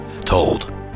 Told